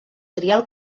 trial